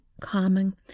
common